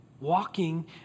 walking